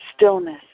Stillness